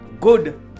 good